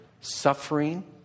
suffering